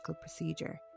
procedure